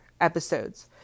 episodes